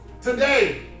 Today